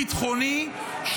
ביטחוני,